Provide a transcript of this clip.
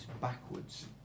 backwards